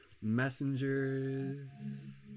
messengers